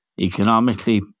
economically